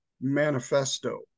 manifesto